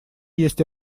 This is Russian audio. есть